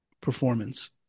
performance